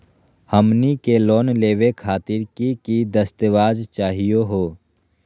हमनी के लोन लेवे खातीर की की दस्तावेज चाहीयो हो?